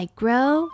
grow